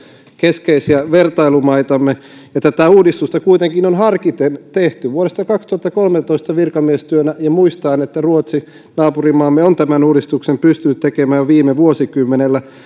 keskeisiä vertailumaitamme tätä uudistusta kuitenkin on harkiten tehty vuodesta kaksituhattakolmetoista virkamiestyönä ja muistaen että ruotsi naapurimaamme on tämän uudistuksen pystynyt tekemään jo viime vuosikymmenellä